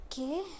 Okay